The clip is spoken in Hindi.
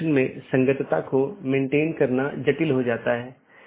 16 बिट से 216 संख्या संभव है जो कि एक बहुत बड़ी संख्या है